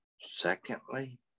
Secondly